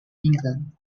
england